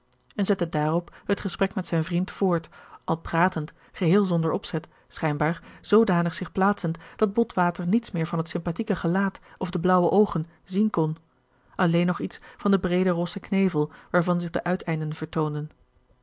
en zette daarop het gesprek met zijn vriend voort al pratend geheel zonder opzet schijnbaar zoodanig zich plaatsend dat botwater niets meer van het sympathieke gelaat of de blauwe oogen zien kon alleen nog iets van den breeden rossen knevel waarvan zich de uiteinden vertoonden